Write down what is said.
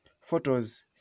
Photos